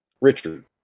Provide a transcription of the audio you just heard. Richard